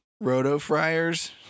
Roto-fryers